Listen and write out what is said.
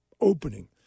opening